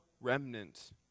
remnant